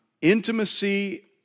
Intimacy